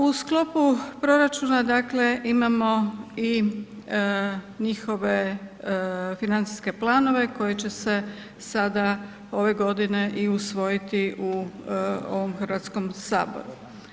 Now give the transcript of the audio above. U sklopu proračuna imamo i njihove financijske planove koji će se sada ove godine i usvojiti u ovom Hrvatskom saboru.